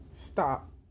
Stop